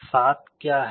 7 क्या है